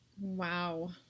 Wow